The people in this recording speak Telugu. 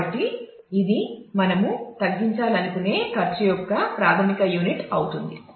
కాబట్టి ఇది మనము తగ్గించాలనుకునే ఖర్చు యొక్క ప్రాధమిక యూనిట్ అవుతుంది